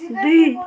दुई